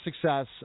success